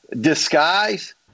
disguise